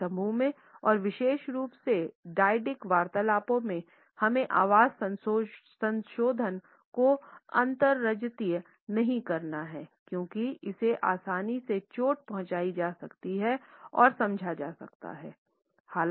छोटे समूहों में और विशेष रूप से डायडिक वार्तालापों में हमें आवाज़ संशोधन को अतिरंजित नहीं करना है क्योंकि इसे आसानी से चोट पहुँचाई जा सकती है और समझा जा सकता है